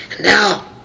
Now